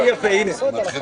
אנחנו נעשה